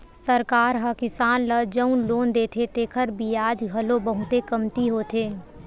सरकार ह किसान ल जउन लोन देथे तेखर बियाज घलो बहुते कमती होथे